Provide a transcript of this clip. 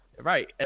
Right